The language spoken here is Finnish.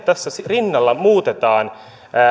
tässä rinnalla muutetaan